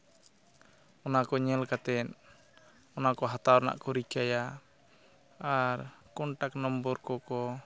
ᱚᱱᱟᱠᱚ ᱧᱮᱞ ᱠᱟᱛᱮᱫ ᱚᱱᱟᱠᱚ ᱦᱟᱛᱟᱣ ᱨᱮᱱᱟᱜ ᱠᱚ ᱨᱤᱠᱟᱹᱭᱟ ᱟᱨ ᱠᱚᱱᱴᱟᱠᱴ ᱱᱚᱢᱵᱚᱨ ᱠᱚᱠᱚ